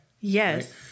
Yes